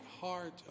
heart